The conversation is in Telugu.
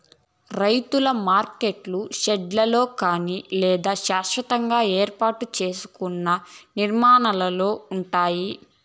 రైతుల మార్కెట్లు షెడ్లలో కానీ లేదా శాస్వతంగా ఏర్పాటు సేసుకున్న నిర్మాణాలలో ఉంటాయి